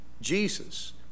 Jesus